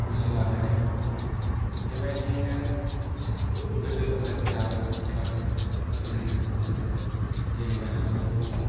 खौसे लाबोनाय बेबायदियैनो गोदो आरो दाबो खेलाखौ गेलेबोदों आरो गेलेगासिनोबो दङ